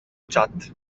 chat